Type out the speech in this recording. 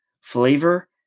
Flavor